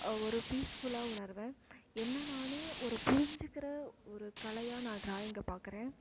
ஒரு பீஸ்ஃபுல்லாக உணருவேன் என்ன நானே ஒரு புரிஞ்சிக்கிற ஒரு கலையாக நான் ட்ராயிங்கை பார்க்கறேன்